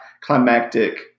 climactic